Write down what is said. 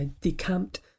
decamped